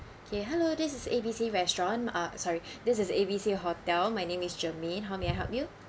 okay hello this is A_B_C restaurant ah sorry this is A_B_C hotel my name is germaine how may I help you